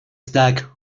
stack